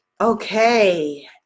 Okay